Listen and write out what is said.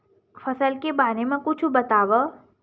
फसल के बारे मा कुछु बतावव